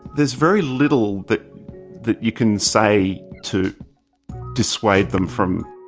there's very little but that you can say to dissuade them from